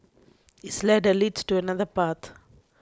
this ladder leads to another path